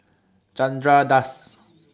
Chandra Das